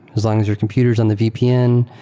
as long as your computer is on the vpn,